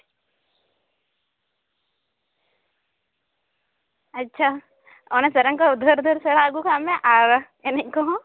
ᱟᱪᱪᱷᱟ ᱚᱱᱟ ᱥᱮᱨᱮᱧ ᱠᱚ ᱩᱫᱷᱟᱹᱨᱼᱩᱫᱷᱟᱹᱨ ᱥᱮᱬᱟ ᱟᱹᱜᱩ ᱠᱟᱜ ᱢᱮ ᱟᱨ ᱮᱱᱮᱡ ᱠᱚᱦᱚᱸ